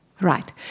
Right